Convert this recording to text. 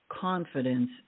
confidence